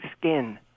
skin